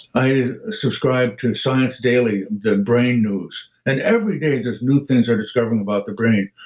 i subscribe to science daily the brain news, and every day there's new things they're discovering about the brain.